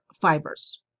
fibers